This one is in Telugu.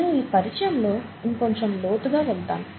నేను ఈ పరిచయం లో ఇంకొంచెం లోతుగా వెళ్తాను